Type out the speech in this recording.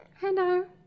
hello